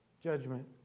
judgment